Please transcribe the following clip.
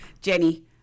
Jenny